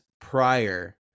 prior